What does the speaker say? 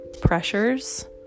pressures